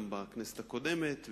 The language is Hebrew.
גם בכנסת הקודמת,